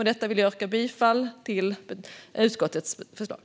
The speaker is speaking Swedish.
Med det vill jag yrka bifall till utskottets förslag.